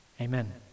amen